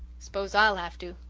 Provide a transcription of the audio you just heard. s'pose i'll have to,